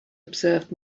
observed